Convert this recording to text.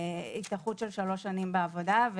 התארכות של שלוש שנים בעבודה.